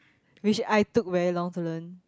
which I took very long to learn